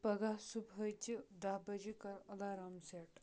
پگاہ صبحٲچہِ داہ بجے کر الارام سیٹ